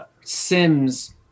Sims